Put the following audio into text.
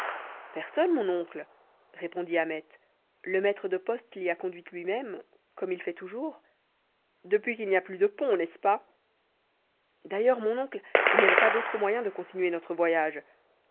personne mon oncle répondit ahmet le maître de poste l'y a conduite lui-même comme il fait toujours depuis qu'il n'y a plus de pont n'est-ce pas d'ailleurs mon oncle il n'y avait pas d'autre moyen de continuer notre voyage